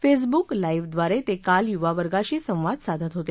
Facebook लाईव्हद्वारे ते काल युवा वर्गाशी सत्ति साधत होते